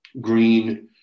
green